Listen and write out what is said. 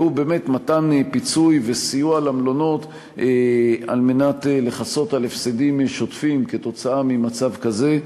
והוא באמת מתן פיצוי וסיוע למלונות כדי לכסות הפסדים שוטפים ממצב כזה,